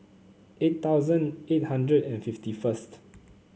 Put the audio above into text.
eight thousand eight hundred and fifty first